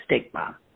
stigma